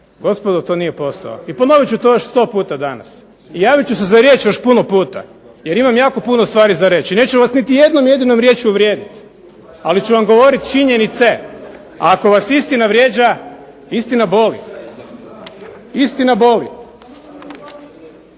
Gospodo to nije posao. I ponovit ću to još sto puta danas. I javit ću se za riječ još puno puta, jer imam jako puno stvari zar reći. I neću vas niti jedinom riječju uvrijediti. Ali ću vam govoriti činjenice. Ako vas istina vrijeđa, istina boli. Istina boli.